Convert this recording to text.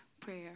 prayer